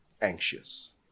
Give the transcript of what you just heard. anxious